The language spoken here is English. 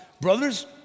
brothers